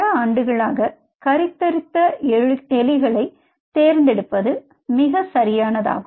பல ஆண்டுகளாக கருத்தரித்த எலிகளை தேர்ந்தெடுப்பது மிக சரியானதாகும்